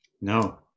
No